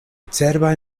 cerbaj